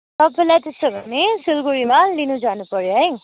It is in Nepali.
तपाईँलाई त्यसोभने सिलिगुडीमा लिन जानुपर्यो है